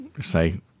say